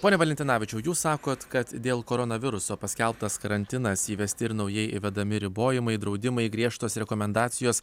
pone valentinavičiau jūs sakot kad dėl koronaviruso paskelbtas karantinas įvesti ir naujai įvedami ribojimai draudimai griežtos rekomendacijos